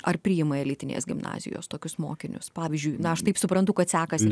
ar priima elitinės gimnazijos tokius mokinius pavyzdžiui na aš taip suprantu kad sekasi